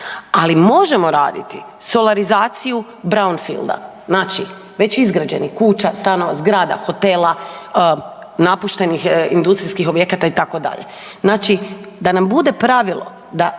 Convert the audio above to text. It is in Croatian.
Ali, možemo raditi solarizaciju brownfielda, znači već izgrađenih kuća, stanova, zgrada, hotela, napuštenih industrijskih objekata, itd. Znači, da nam bude pravilo da